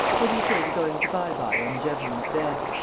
what do you say to going to bye-bye on the gentleman's bed?